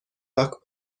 لاک